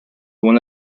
one